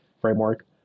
framework